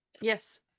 Yes